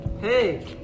Hey